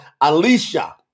Alicia